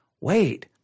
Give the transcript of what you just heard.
wait